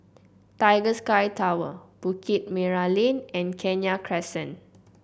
Tiger Sky Tower Bukit Merah Lane and Kenya Crescent